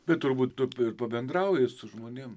bet turbūt tu ir pabendrauji su žmonėm